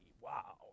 Wow